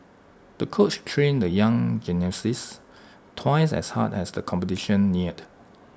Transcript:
the coach trained the young gymnasts twice as hard as the competition neared